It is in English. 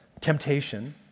temptation